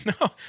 no